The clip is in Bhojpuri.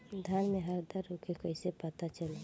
धान में हरदा रोग के कैसे पता चली?